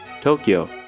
Tokyo